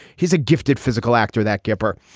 he's a gifted physical actor that gipper.